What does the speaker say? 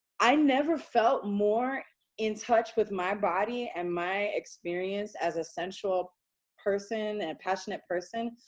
i never felt more in touch with my body and my experience as a sensual person and a passionate person,